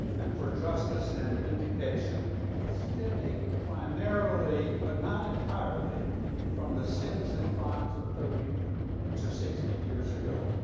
and for justice and vindication stemming primarily but not entirely from the sins and crimes of thirty to sixty years ago.